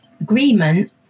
agreement